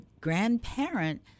grandparent